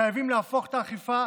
חייבים להפוך את האכיפה